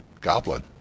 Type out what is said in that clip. goblin